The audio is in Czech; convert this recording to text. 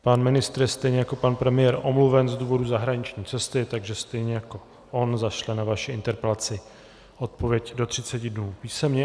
Pan ministr, stejně jako pan premiér, je omluven z důvodu zahraniční cesty, takže stejně jako on zašle na vaši interpelaci odpověď do 30 dnů písemně.